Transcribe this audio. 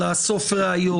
לאסוף ראיות,